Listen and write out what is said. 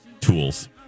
tools